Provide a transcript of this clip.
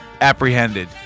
apprehended